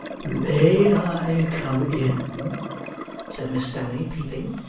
may i come in said miss sally, peeping.